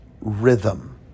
rhythm